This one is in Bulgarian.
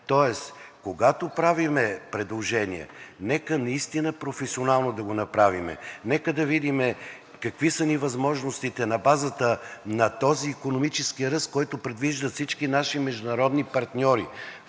Тоест, когато правим предложение, нека наистина професионално да го направим. Нека да видим какви са ни възможностите на базата на този икономически ръст, който предвиждат всички наши международни партньори